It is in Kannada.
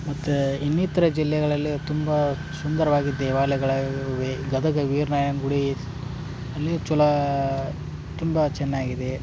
ಮತ್ತು ಇನ್ನಿತರ ಜಿಲ್ಲೆಗಳಲ್ಲಿ ತುಂಬ ಸುಂದರವಾಗಿ ದೇವಾಲಯಗಳ ಇವೆ ಗದಗ ವೀರ್ನಾರಾಯಣ ಗುಡಿ ಅಲ್ಲಿ ಚಲೋ ತುಂಬಾ ಚೆನ್ನಾಗಿದೆ